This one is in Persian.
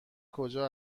کجا